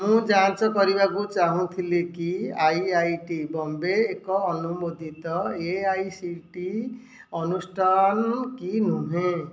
ମୁଁ ଯାଞ୍ଚ କରିବାକୁ ଚାହୁଁଥିଲି କି ଆଇ ଆଇ ଟି ବମ୍ବେ ଏକ ଅନୁମୋଦିତ ଏ ଆଇ ସି ଟି ଅନୁଷ୍ଠାନ କି ନୁହେଁ